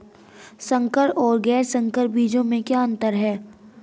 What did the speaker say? संकर और गैर संकर बीजों में क्या अंतर है?